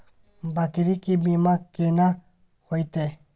बकरी के बीमा केना होइते?